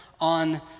on